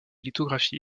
lithographies